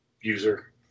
user